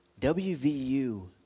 WVU